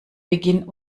beginn